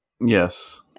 Yes